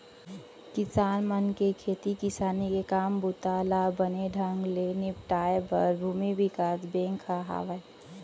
किसान मन के खेती किसानी के काम बूता ल बने ढंग ले निपटाए बर भूमि बिकास बेंक ह हावय